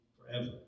Forever